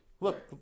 Look